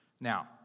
Now